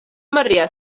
maria